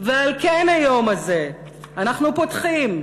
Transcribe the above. ועל כן, היום הזה אנחנו פותחים,